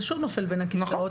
זה שוב נופל בין הכיסאות,